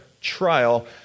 trial